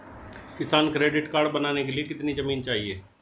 किसान credit card बनाने के लिए कितनी जमीन चाहिए?